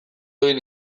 egin